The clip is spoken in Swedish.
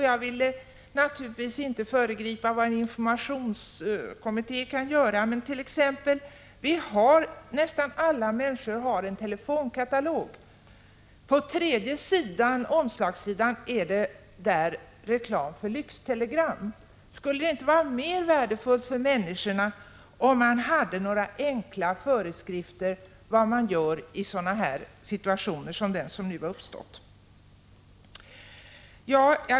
Jag vill naturligtvis inte föregripa vad en informationskommitté skall göra, men nästan alla människor har en telefonkatalog. På näst sista sidan, alltså på omslaget, görs reklam för lyxtelegram. Skulle det inte vara mer värdefullt för människor om det där kunde stå enkla föreskrifter om vad man gör i sådana situationer som den som nu uppstod.